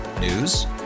News